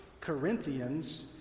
Corinthians